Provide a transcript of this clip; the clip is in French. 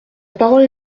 parole